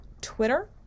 Twitter